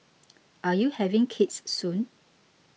are you having kids soon